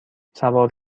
سوار